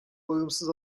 bağımsız